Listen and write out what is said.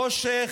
חושך,